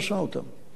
יחד אתנו.